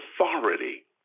authority